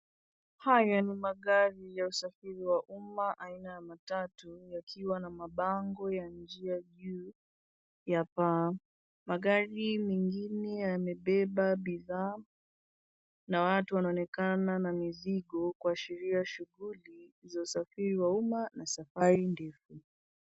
Haya ni magari ya usafiri wa umma aina ya matatu yakiwa na mabango ya njia juu ya paa. Magari mengine yamebeba bidhaa na watu wanaonekana na mizigo, kuashiria shughuli za usafiri wa umma na safari ndefu.